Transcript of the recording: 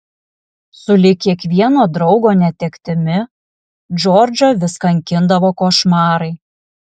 sulig kiekvieno draugo netektimi džordžą vis kankindavo košmarai